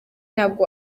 ntabwo